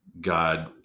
God